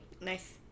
Nice